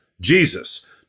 Jesus